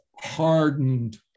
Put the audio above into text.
hardened